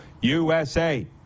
USA